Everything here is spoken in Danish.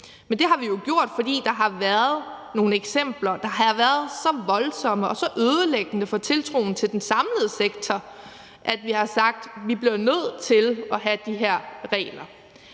men det har vi jo gjort, fordi der har været nogle eksempler, som har været så voldsomme og så ødelæggende for tiltroen til den samlede sektor, at vi har sagt, at vi bliver nødt til at have de her regler.